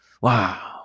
wow